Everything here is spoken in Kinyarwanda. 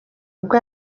ubwo